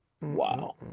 wow